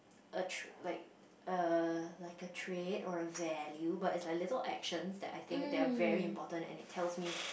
a trait~ like a like a trait or a value but is like little actions that I think that are very important and it tells me